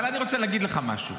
אבל אני רוצה להגיד לך משהו: